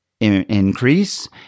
increase